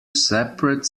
separate